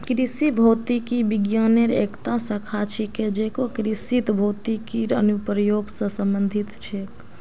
कृषि भौतिकी विज्ञानेर एकता शाखा छिके जेको कृषित भौतिकीर अनुप्रयोग स संबंधित छेक